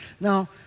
Now